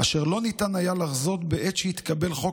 אשר לא ניתן היה לחזות בעת שהתקבל חוק